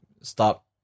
stop